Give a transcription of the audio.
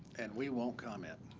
and we won't comment.